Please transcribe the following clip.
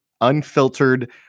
unfiltered